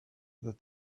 that